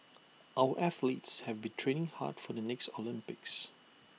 our athletes have been training hard for the next Olympics